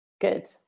good